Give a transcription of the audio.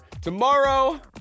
tomorrow